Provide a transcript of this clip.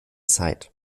zeit